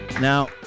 Now